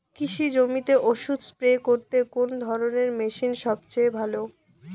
কৃষি জমিতে ওষুধ স্প্রে করতে কোন ধরণের মেশিন সবচেয়ে ভালো?